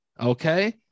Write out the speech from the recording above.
okay